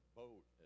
boat